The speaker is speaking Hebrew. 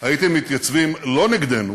הייתם מתייצבים לא נגדנו